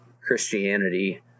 Christianity